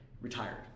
retired